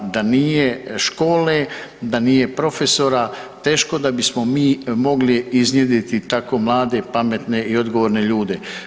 Da nije škole, da nije profesora, teško da bismo mi mogli iznjedriti tako mlade, pametne i odgovorne ljude.